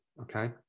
Okay